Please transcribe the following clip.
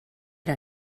era